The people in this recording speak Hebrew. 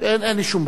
אין לי שום בעיה.